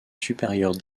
supérieure